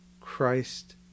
Christ